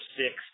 six